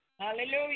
Hallelujah